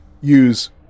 use